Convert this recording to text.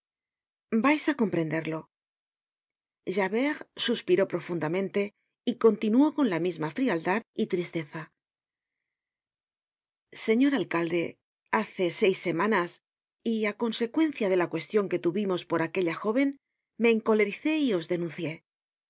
vais á comprenderlo javert suspiró profundamente y continuó con la misma frialdad y tristeza señor alcalde hace seis semanas y á consecuencia de la cuestion que tuvimos por aquella jóven me encolericé y os denuncié